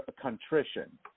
contrition